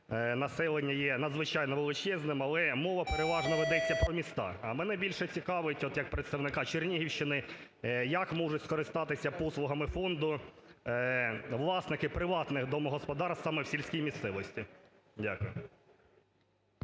населення є надзвичайно величезним, але мова переважно ведеться про міста. А мене більше цікавить, як представника Чернігівщини, як можуть скористатися послугами фонду власники приватних домогосподарств саме в сільській місцевості? Дякую.